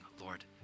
Lord